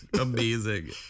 amazing